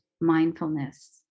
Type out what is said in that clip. mindfulness